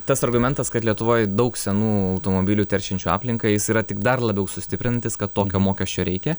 tas argumentas kad lietuvoj daug senų automobilių teršiančių aplinką jis yra tik dar labiau sustiprinantis kad tokio mokesčio reikia